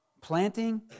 planting